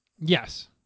Yes